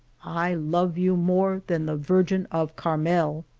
i love you more than the virgin of carmel.